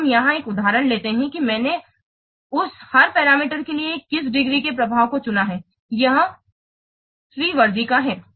अब हम यहां एक उदाहरण लेते हैं कि मैंने उस हर पैरामीटर के लिए किस डिग्री के प्रभाव को चुना है यह 3 वर्दी का है